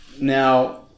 Now